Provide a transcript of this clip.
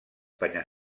penya